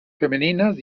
femeninas